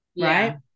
right